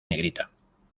negrita